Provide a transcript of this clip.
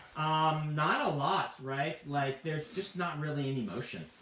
not a lot, right? like there's just not really any motion.